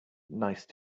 nice